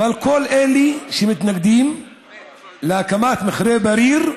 וכל אלה שמתנגדים להקמת מכרה בריר,